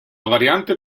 variante